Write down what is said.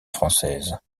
française